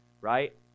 right